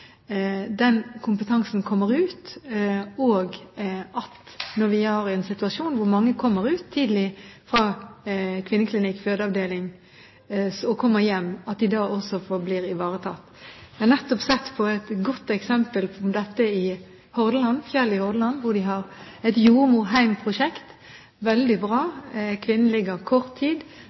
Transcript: kompetansen kommer ut, og i den situasjonen vi nå er i, der mange kommer ut tidlig fra kvinneklinikk/fødeavdeling og kommer hjem, at de da også blir ivaretatt. Jeg har nettopp sett på et godt eksempel på dette i Fjell i Hordaland, der de har et Jordmor Heim-prosjekt – veldig bra. Kvinnene ligger kort tid